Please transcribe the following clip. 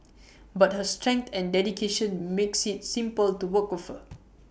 but her strength and dedication makes IT simple to work with her